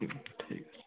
দেখি ঠিক আছে